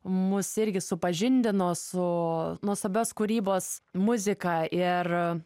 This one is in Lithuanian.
mus irgi supažindino su nuostabios kūrybos muzika ir